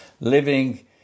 living